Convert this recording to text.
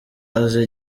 aza